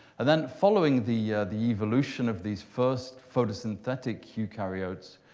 and then, following the the evolution of these first photosynthetic eukaryotes,